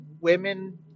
women